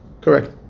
Correct